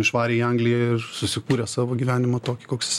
išvarė į angliją ir susikūrė savo gyvenimą tokį koks